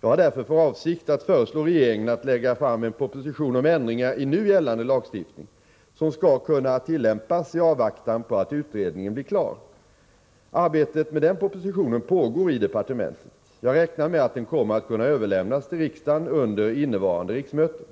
Jag har därför för avsikt att föreslå regeringen att lägga fram en proposition om ändringar i nu gällande lagstiftning som skall kunna tillämpas i avvaktan på att utredningen blir klar. Arbetet med denna proposition pågår i departementet. Jag räknar med att den kommer att kunna överlämnas till riksdagen under innevarande riksmöte.